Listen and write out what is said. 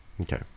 Okay